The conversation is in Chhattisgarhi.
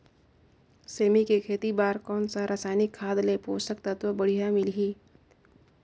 सेमी के खेती बार कोन सा रसायनिक खाद ले पोषक तत्व बढ़िया मिलही?